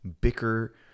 bicker